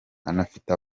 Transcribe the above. anafite